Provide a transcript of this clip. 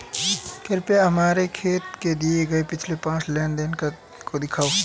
कृपया मेरे खाते से किए गये पिछले पांच लेन देन को दिखाएं